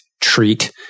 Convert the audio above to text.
treat